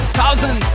thousand